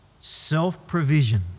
Self-provision